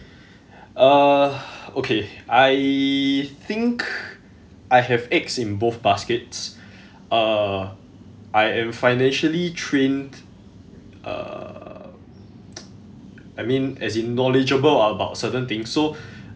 uh okay I think I have eggs in both baskets uh I am financially trained uh I mean as in knowledgeable about certain things so